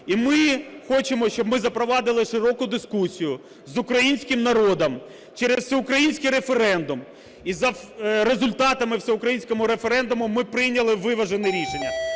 І ми хочемо, щоб ми запровадили широку дискусію з українським народом через всеукраїнський референдум і за результатами всеукраїнського референдуму ми прийняли виважене рішення,